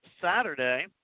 Saturday